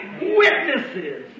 Witnesses